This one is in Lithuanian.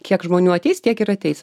kiek žmonių ateis tiek ir ateis